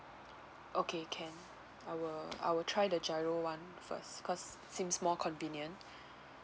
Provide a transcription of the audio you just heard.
okay can I will I will try the GIRO one first cause seems more convenient